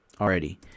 already